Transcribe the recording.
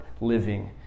living